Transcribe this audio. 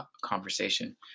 conversation